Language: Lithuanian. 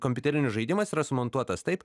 kompiuterinis žaidimas yra sumontuotas taip